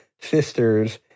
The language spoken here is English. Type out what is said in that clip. sisters